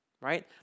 right